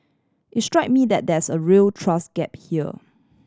it strikes me that there's a real trust gap here